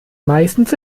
meistens